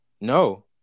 No